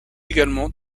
également